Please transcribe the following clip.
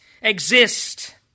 exist